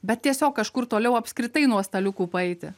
bet tiesiog kažkur toliau apskritai nuo staliukų paeiti